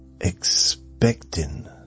expecting